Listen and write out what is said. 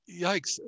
yikes